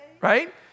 right